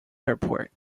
airport